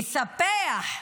לספח,